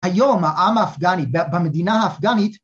היום העם האפגני במדינה האפגנית